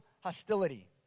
hostility